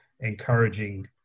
encouraging